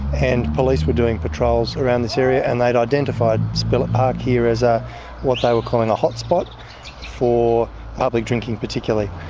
and police were doing patrols around this area and they had identified spillett park here as ah what they were calling a hotspot for public drinking particularly.